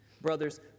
Brothers